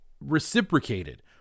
reciprocated